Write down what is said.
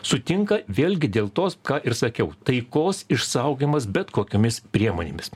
sutinka vėlgi dėl to ką ir sakiau taikos išsaugojimas bet kokiomis priemonėmis